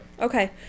Okay